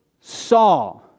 saw